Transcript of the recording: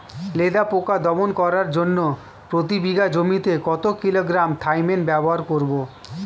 লেদা পোকা দমন করার জন্য প্রতি বিঘা জমিতে কত কিলোগ্রাম থাইমেট ব্যবহার করব?